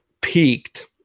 peaked